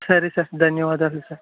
సరే సార్ ధన్యవాదాలు సార్